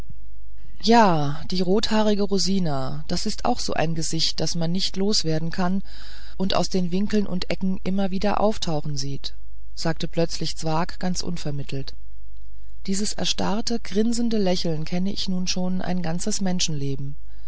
ja die rothaarige rosina das ist auch so ein gesicht das man nicht loswerden kann und aus den winkeln und ecken immer wieder auftauchen sieht sagte plötzlich zwakh ganz unvermittelt dieses erstarrte grinsende lächeln kenne ich nun schon ein ganzes menschenleben